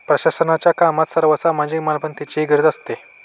प्रशासनाच्या कामात सार्वजनिक मालमत्तेचीही गरज असते